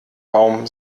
baum